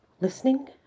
listening